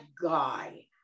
guy